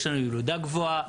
יש לנו ילודה גבוהה,